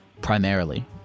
primarily